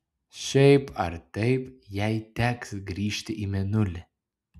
šiaip ar taip jai teks grįžti į mėnulį